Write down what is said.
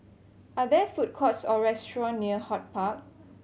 are there food courts or restaurant near HortPark